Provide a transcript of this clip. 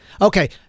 Okay